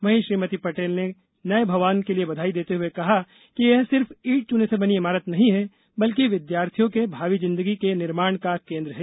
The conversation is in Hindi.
वहीं श्रीमती पटेल ने नए भवन के लिए बधाई देते हुए कहा कि यह सिर्फ ईट चूने से बनी इमारत नहीं है बल्कि विद्यार्थियों के भावी जिंदगी के निर्माण का केंद्र है